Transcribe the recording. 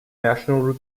national